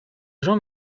jean